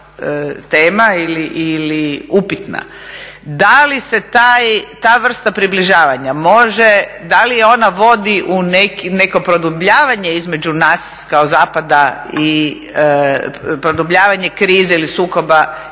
tema ili upitna. Da li se ta vrsta približavanja može, da li ona vodi u neko produbljivanje između nas kao zapada, produbljivanje krize ili sukoba